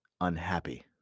Unhappy